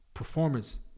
Performance